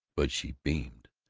but she beamed.